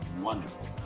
wonderful